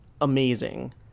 amazing